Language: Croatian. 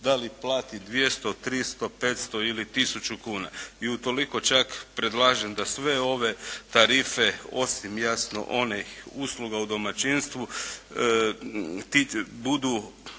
da li plati 200, 300, 500 ili tisuću kuna. I utoliko čak predlažem da sve ove tarife osim javno onih usluga u domaćinstvu budu